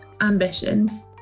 ambition